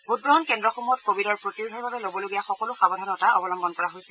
ভোটগ্ৰহণ কেন্দ্ৰসমূহত কোৱিডৰ প্ৰতিৰোধৰ বাবে লবলগীয়া সকলো সাৱধানতা অৱলম্বন কৰা হৈছে